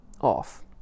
off